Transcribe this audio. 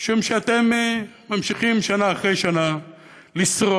משום שאתם ממשיכים שנה אחרי שנה לשרוד,